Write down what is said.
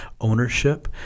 ownership